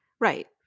right